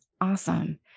awesome